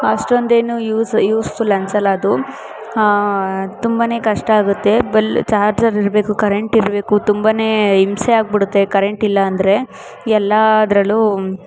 ಅಷ್ಟೊಂದು ಏನೂ use useful ಅನ್ಸೋಲ್ಲ ಅದು ತುಂಬ ಕಷ್ಟ ಆಗುತ್ತೆ ಬಲ್ ಚಾರ್ಜರ್ ಇರಬೇಕು ಕರೆಂಟ್ ಇರಬೇಕು ತುಂಬ ಹಿಂಸೆ ಆಗ್ಬಿಡುತ್ತೆ ಕರೆಂಟ್ ಇಲ್ಲ ಅಂದರೆ ಎಲ್ಲದ್ರಲ್ಲೂ